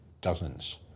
dozens